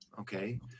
okay